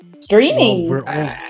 Streaming